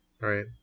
Right